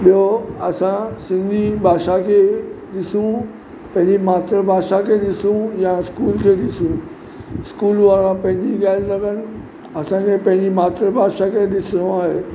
ॿियो असां सिंधी भाषा खे ॾिसूं पंहिंजी मातृभाषा खे ॾिसूं या स्कूल खे ॾिसूं स्कूल वारा पंहिंजी ॻाल्हि था कनि असांखे पंहिंजी मातृभाषा खे ॾिसणो आहे